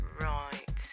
Right